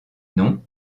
noms